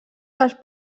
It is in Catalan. els